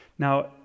Now